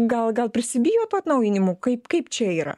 gal gal prisibijo tų atnaujinimų kaip kaip čia yra